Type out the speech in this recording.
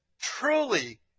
truly